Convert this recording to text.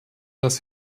dass